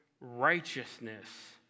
righteousness